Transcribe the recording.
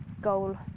goal